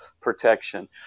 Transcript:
protection